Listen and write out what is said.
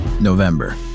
November